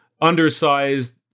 undersized